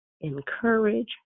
encourage